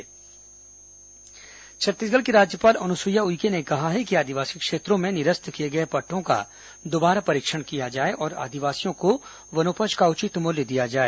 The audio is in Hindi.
राज्यपाल जनजातीय छत्तीसगढ़ की राज्यपाल अनुसुईया उइके ने कहा है कि आदिवासी क्षेत्रों में निरस्त किए गए पट्टों का दोबारा परीक्षण किया जाए और आदिवासियों को वनोपज का उचित मूल्य दिया जाए